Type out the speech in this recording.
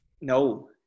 no